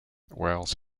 wales